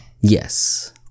yes